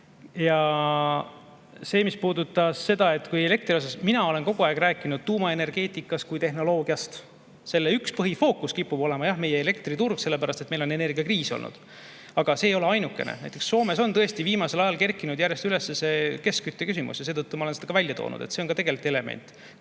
Ja mis puudutas seda elektri osa, mina olen kogu aeg rääkinud tuumaenergeetikast kui tehnoloogiast. Selle üks põhifookus kipub olema jah meie elektriturg, sellepärast et meil on energiakriis olnud. Aga see ei ole ainukene. Näiteks Soomes on tõesti viimasel ajal kerkinud järjest enam üles keskkütteküsimus ja seetõttu ma olen seda ka välja toonud. See on tegelikult element,